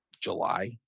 July